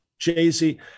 Jay-Z